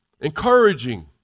encouraging